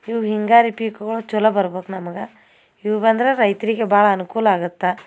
ಇವು ಹಿಂಗಾರು ಪೀಕ್ಗಳು ಚಲೋ ಬರ್ಬೇಕು ನಮ್ಗೆ ಇವು ಬಂದ್ರೆ ರೈತರಿಗೆ ಭಾಳ ಅನುಕೂಲ ಆಗತ್ತೆ